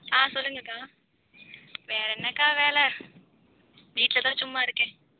ஆ சொல்லுங்கக்கா வேறு என்னக்கா வேல வீட்டில் தான் சும்மா இருக்கேன்